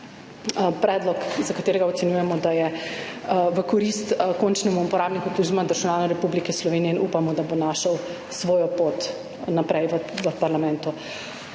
predlog, za katerega ocenjujemo, da je v korist končnemu uporabniku oziroma državljanu Republike Slovenije in upamo, da bo našel svojo pot naprej v parlamentu.